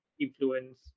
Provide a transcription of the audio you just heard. influence